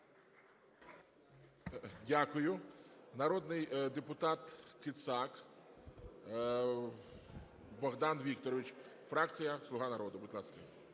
Дякую. Народний депутат Кицак Богдан Вікторович, фракція "Слуга народу". Будь ласка.